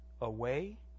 away